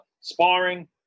sparring